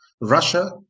Russia